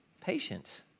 patience